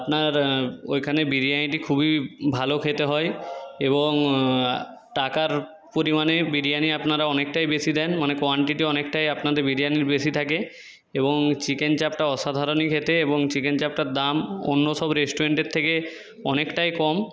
আপনার ওইখানে বিরিয়ানিটি খুবই ভালো খেতে হয় এবং টাকার পরিমাণে বিরিয়ানি আপনারা অনেকটাই বেশি দেন মানে কোয়ান্টিটি অনেকটাই আপনাদের বিরিয়ানির বেশি থাকে এবং চিকেন চাপটা অসাধারণই খেতে এবং চিকেন চাপটার দাম অন্য সব রেস্টুরেন্টের থেকে অনেকটাই কম